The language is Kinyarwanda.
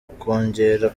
ukongera